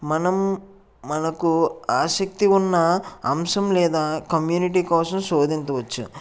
మనం మనకు ఆసక్తి ఉన్న అంశం లేదా కమ్యూనిటీ కోసం శోధించవచ్చు